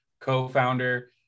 co-founder